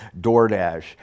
DoorDash